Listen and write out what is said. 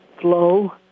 flow